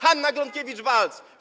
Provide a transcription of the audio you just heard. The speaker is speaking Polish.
Hanna Gronkiewicz-Waltz.